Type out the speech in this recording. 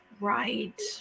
Right